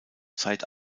zeit